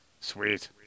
Sweet